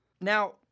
Now